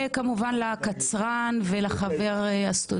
כמובן לרשם הפרלמנטרי ולמפעיל הזום